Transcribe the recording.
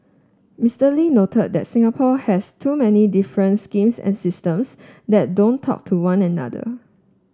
Mister Lee noted that Singapore has too many different schemes and systems that don't talk to one another